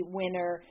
winner